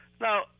Now